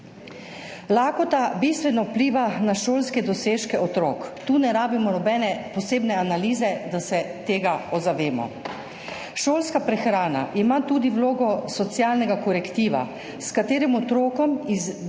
Lakota bistveno vpliva na šolske dosežke otrok, tu ne rabimo nobene posebne analize, da to ozavemo. Šolska prehrana ima tudi vlogo socialnega korektiva, s katerim otrokom iz